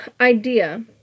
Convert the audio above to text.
idea